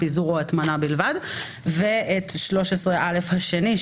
פיזור או הטמנה" בלבד; ואת 13א השני,